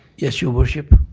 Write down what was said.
yes, your worship.